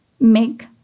make